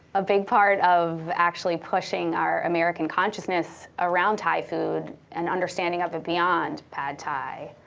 a big part of actually pushing our american consciousness around thai food, and understanding of it beyond pad thai,